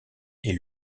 est